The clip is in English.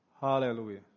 Hallelujah